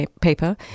paper